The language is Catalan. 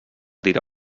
dirà